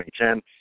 2010